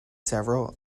several